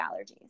allergies